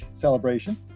celebration